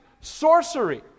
sorcery